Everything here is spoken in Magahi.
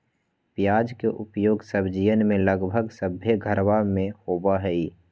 प्याज के उपयोग सब्जीयन में लगभग सभ्भे घरवा में होबा हई